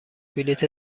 بلیط